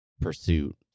pursuit